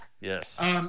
Yes